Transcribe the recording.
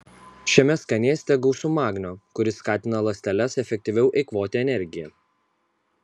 šiame skanėste gausu magnio kuris skatina ląsteles efektyviau eikvoti energiją